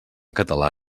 català